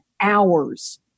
hours